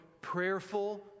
prayerful